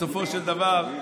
בסופו של דבר, אדוני,